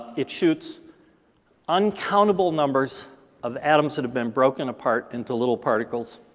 it shoots uncountable numbers of atoms that have been broken apart into little particles